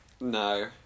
No